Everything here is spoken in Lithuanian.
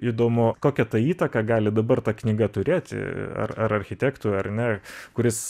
įdomu kokią tą įtaką gali dabar ta knyga turėti ar ar architektui ar ne kuris